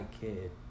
kid